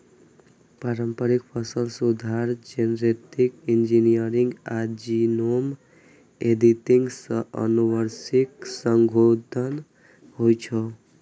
पारंपरिक फसल सुधार, जेनेटिक इंजीनियरिंग आ जीनोम एडिटिंग सं आनुवंशिक संशोधन होइ छै